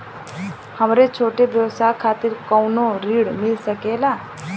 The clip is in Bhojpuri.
हमरे छोट व्यवसाय खातिर कौनो ऋण मिल सकेला?